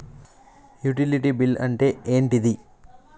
Utility bill అంటే ఏంటిది?